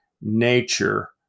nature